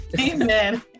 Amen